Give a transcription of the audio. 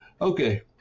Okay